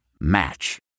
Match